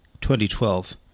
2012